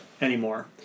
anymore